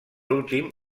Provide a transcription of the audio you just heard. últim